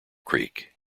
creek